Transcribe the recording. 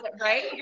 Right